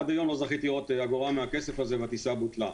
עד היום לא זכיתי לראות אגורה מהכסף הזה והטיסה בוטלה.